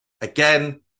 Again